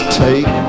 take